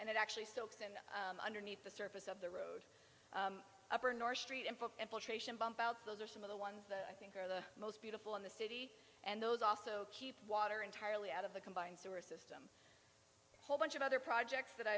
and it actually silks and underneath the surface of the road up or north street and implication bump out those are some of the ones that i think are the most beautiful in the city and those also keep water entirely out of the combined sewer is the whole bunch of other projects that i